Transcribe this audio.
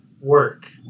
work